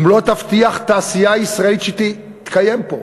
אם לא תבטיח תעשייה ישראלית שתתקיים פה,